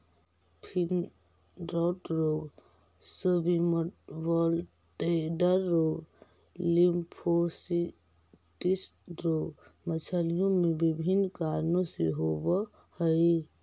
fin rot रोग, swim bladder रोग, lymphocystis रोग मछलियों में विभिन्न कारणों से होवअ हई